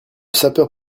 sapeur